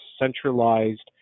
centralized